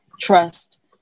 trust